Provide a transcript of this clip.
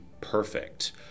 perfect